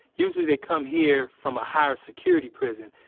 usually, they come here from a higher security prison.